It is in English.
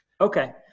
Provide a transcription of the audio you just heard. Okay